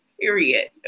period